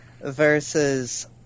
versus